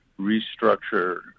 restructure